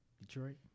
Detroit